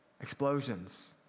Explosions